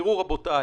רבותי,